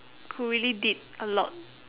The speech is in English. who really did a lot